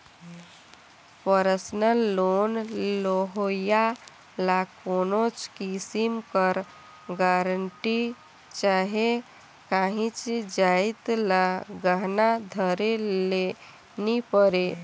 personal loan लेहोइया ल कोनोच किसिम कर गरंटी चहे काहींच जाएत ल गहना धरे ले नी परे